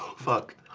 fuck.